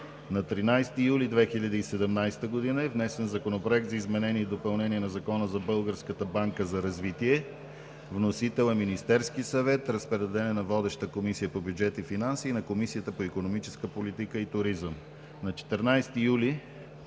На 13 юли 2017 г. е внесен Законопроект за изменение и допълнение на Закона за Българската банка за развитие. Вносител е Министерският съвет. Разпределен е на водеща Комисия по бюджет и финанси и на Комисията по икономическа политика и туризъм.